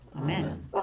Amen